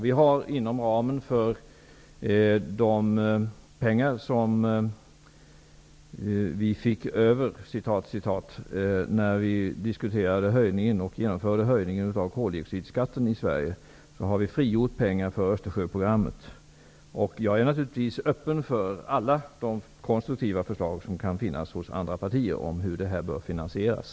Vi har genom de medel som blev ''över'' när vi genomförde höjningen av koldioxidskatten i Sverige frigjort pengar för Jag är naturligtvis öppen för alla konstruktiva förslag som kan finnas hos andra partier om hur det här skall finansieras.